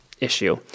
issue